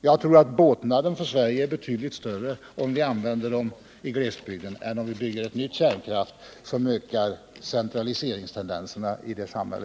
Jag tror att båtnaden för Sverige är betydligt större om vianvänder pengarna i glesbygden än om vi bygger ett nytt kärnkraftverk som ökar centraliseringstendenserna i vårt samhälle.